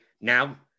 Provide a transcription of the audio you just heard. now